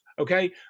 Okay